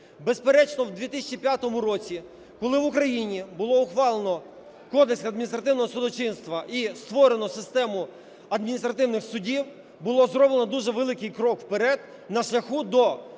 Безперечно, в 2005 році, коли в Україні було ухвалено Кодекс адміністративного судочинства і створено систему адміністративних судів, було зроблено дуже великий крок вперед на шляху до